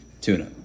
tuna